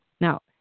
Now